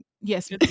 Yes